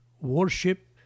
Worship